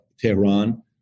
Tehran